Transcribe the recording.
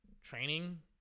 training